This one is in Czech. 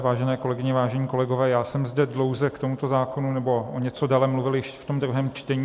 Vážené kolegyně, vážení kolegové, já jsem zde dlouze k tomuto zákonu nebo o něco déle mluvil již v druhém čtení.